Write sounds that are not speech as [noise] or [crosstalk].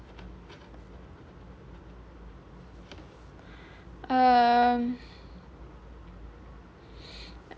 um [breath]